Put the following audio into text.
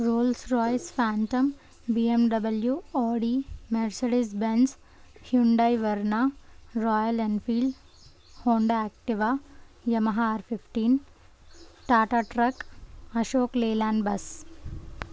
roles Royce Phantom B M W Audi Mercedes Benz Hyundai Verna Royal Enfield Honda Activa Yamaha fifteen Tata truck Ashok Leyland bus